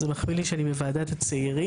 זה מחמיא לי שאני בוועדת הצעירים.